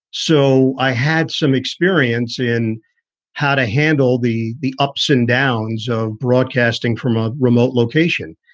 so i had some experience in how to handle the the ups and downs of broadcasting from a remote location.